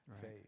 faith